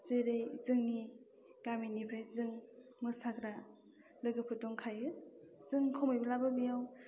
जेरै जोंनि गामिनिफ्राय जों मोसाग्रा लोगोफोर दंखायो जों खमैब्लाबो बेयाव